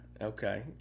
Okay